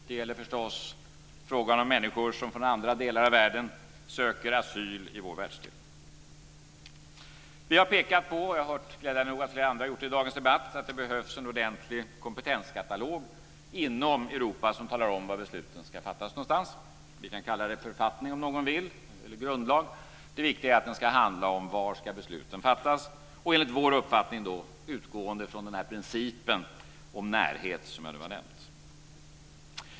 Det gäller förstås frågan om människor som från andra delar av världen söker asyl i vår världsdel. Vi har pekat på - och jag har glädjande nog hört att flera andra har gjort det i dagens debatt - att det behövs en ordentlig kompetenskatalog inom Europa som talar om var besluten ska fattas. Vi kan kalla det författning eller grundlag, men det viktiga är att den handlar om var besluten ska fattas, och enligt vår uppfattning utgående från principen om närhet, som jag nu har nämnt.